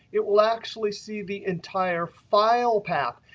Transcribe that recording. it will actually see the entire file path.